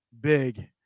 big